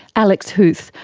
alex huth,